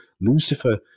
lucifer